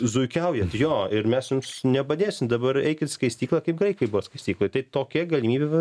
zuikiaujat jo ir mes jums nepadėsim dabar eikit į skaistyklą kaip graikai buvo skaistykloj tai tokia galimybė